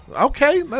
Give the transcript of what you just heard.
Okay